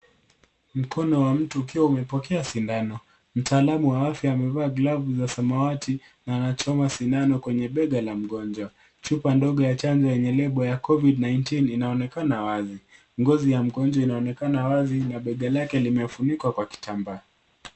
Mkono wa mtu ukiwa umepokea sindano. Mtaalamu wa afya akiwa amevaa glavu za samawati na anachoma sindano kwenye bega ya mgonjwa. Chupa ndogo ya chanjo yenye lebo ya covid-19 inaonekana wazi. Ngozi ya mgonjwa inaoekana wazi na bega lake limefunikwa kwa kitambaa.